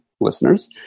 listeners